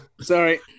Sorry